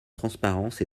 transparence